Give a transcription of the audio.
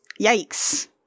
Yikes